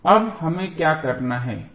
अब हमें क्या करना है